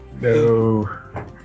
No